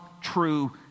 true